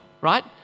right